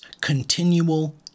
continual